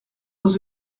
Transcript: dans